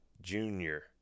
junior